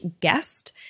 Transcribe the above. guest